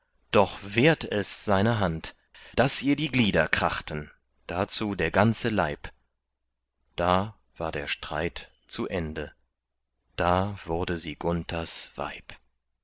doch wehrt es seine hand daß ihr die glieder krachten dazu der ganze leib da war der streit zu ende da wurde sie gunthers weib